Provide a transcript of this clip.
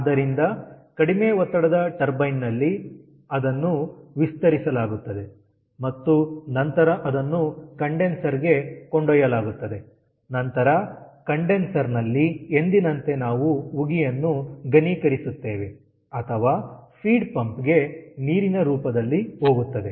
ಆದ್ದರಿಂದ ಕಡಿಮೆ ಒತ್ತಡದ ಟರ್ಬೈನ್ ನಲ್ಲಿ ಅದನ್ನು ವಿಸ್ತರಿಸಲಾಗುತ್ತದೆ ಮತ್ತು ನಂತರ ಅದನ್ನು ಕಂಡೆನ್ಸರ್ ಗೆ ಕೊಂಡೊಯ್ಯಲಾಗುತ್ತದೆ ನಂತರ ಕಂಡೆನ್ಸರ್ ನಲ್ಲಿ ಎಂದಿನಂತೆ ನಾವು ಉಗಿಯನ್ನು ಘನೀಕರಿಸುತ್ತೇವೆ ಅಥವಾ ಫೀಡ್ ಪಂಪ್ ಗೆ ನೀರಿನ ರೂಪದಲ್ಲಿ ಹೋಗುತ್ತದೆ